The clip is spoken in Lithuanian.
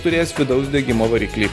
turės vidaus degimo variklį